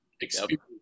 experience